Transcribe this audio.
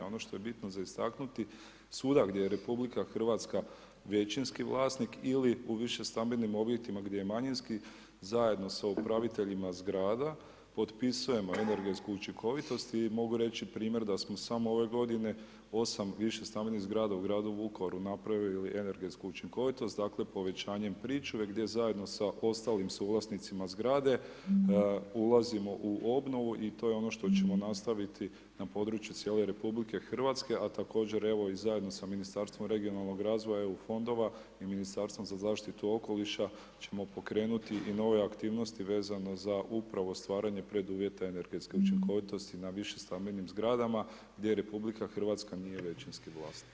Ono što je bitno za istaknuti, svuda gdje je RH većinski vlasnik ili u više stambenih objektima gdje je manjinski, zajedno sa upraviteljima zgrada potpisujemo energetsku učinkovitost i mogu reći primjer da smo samo ove godine, 8 više stambenih zgrada u gradu Vukovaru napravili energetsku učinkovitost, dakle, povećanjem pričuve, gdje zajedno sa ostalim suvlasnicima zgrade ulazimo u obnovu i to je ono što ćemo nastaviti na području cijele RH, a također evo i zajedno sa Ministarstvom regionalnog razvoja EU fondova i Ministarstvo za zaštitu okoliša ćemo pokrenuti i nove aktivnosti vezano za upravo stvaranje preduvjeta energetske učinkovitosti na višim stambenim zgradama gdje RH nije većinski vlasnik.